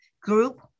group